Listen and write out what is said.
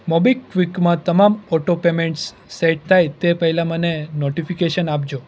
મોબીક્વિકમાં તમામ auto payments set થાય તે પહેલાં મને નોટીફીકેશન આપજો